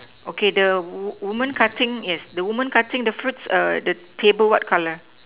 okay the woman cutting yes the woman cutting the fruits err the table what color